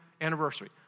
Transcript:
anniversary